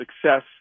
success